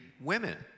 women